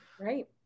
Right